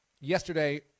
yesterday